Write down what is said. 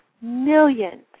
millions